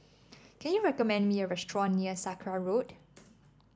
can you recommend me a restaurant near Sakra Road